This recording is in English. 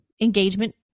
engagement